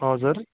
हजुर